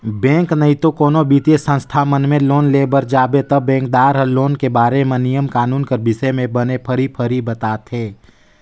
bank नइते कोनो बित्तीय संस्था में लोन लेय बर जाबे ता बेंकदार हर लोन के बारे म नियम कानून कर बिसे में बने फरी फरी बताथे